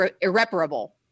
irreparable